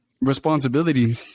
responsibility